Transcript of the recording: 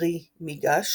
הר"י מיגאש